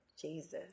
Jesus